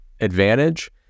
advantage